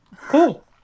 Cool